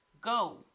go